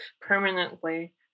permanently